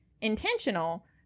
intentional